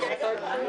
בשעה 11:50.